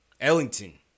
Ellington